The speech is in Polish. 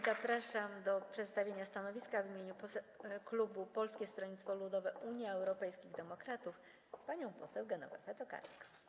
Zapraszam do przedstawienia stanowiska w imieniu klubu Polskiego Stronnictwa Ludowego - Unii Europejskich Demokratów panią poseł Genowefę Tokarską.